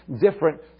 different